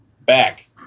back